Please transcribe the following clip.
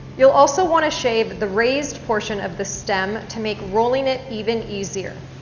you'll also want to shave the raised portion of the stem to make rolling it even easier.